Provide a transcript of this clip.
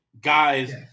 Guys